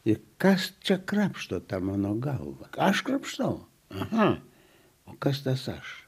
ir kas čia krapšto tą mano galvą ką aš krapštau a o kas tas aš